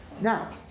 Now